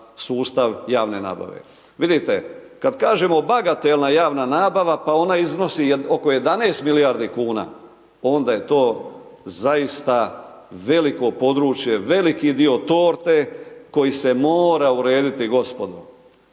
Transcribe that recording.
sustav javne nabave. Vidite kad kažemo bagatelna javna nabava, pa ona iznosi oko 11 milijardi kuna onda je to zaista veliko područje, veliki dio torte koji se mora urediti gospodo.